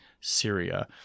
Syria